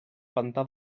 pantà